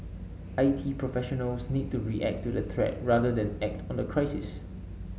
I T professionals need to react to the threat rather than act on the crisis